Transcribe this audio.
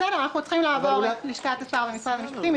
אנחנו צריכים לעבור את לשכת השר במשרד המשפטים.